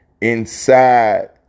inside